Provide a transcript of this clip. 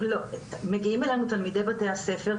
מגיעים אלינו תלמידי בתי הספר,